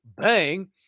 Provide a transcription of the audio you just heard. Bang